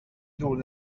دور